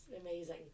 amazing